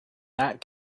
that